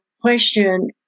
question